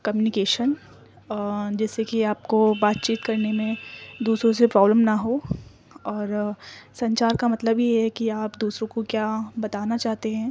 communication جیسے کہ آپ کو بات چیت کرنے میں دوسروں سے پرابلم نہ ہو اور سنچار کا مطلب یہ ہے کہ آپ دوسروں کو کیا بتانا چاہتے ہیں